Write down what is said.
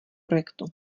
projektu